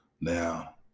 Now